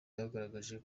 bagaragaje